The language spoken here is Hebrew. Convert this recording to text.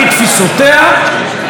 עיוותה אותה לגמרי,